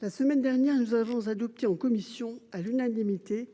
La semaine dernière, nous avons adopté en commission à l'unanimité